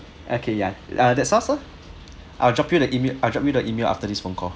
okay ya ah that's all sir I'll drop you an email I'll drop you the email after this phone call